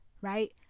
right